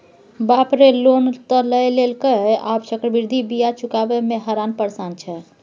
बाप रे लोन त लए लेलकै आब चक्रवृद्धि ब्याज चुकाबय मे हरान परेशान छै